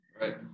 Right